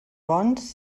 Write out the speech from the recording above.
bons